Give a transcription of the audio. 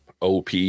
OP